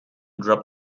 drop